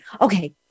okay